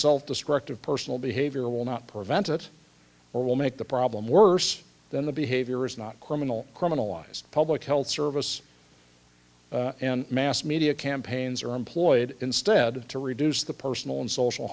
assault destructive personal behavior will not prevent it or will make the problem worse than the behavior is not criminal criminalized public health service and mass media campaigns are employed instead to reduce the personal and social